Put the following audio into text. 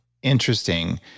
interesting